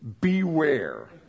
Beware